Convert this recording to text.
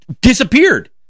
disappeared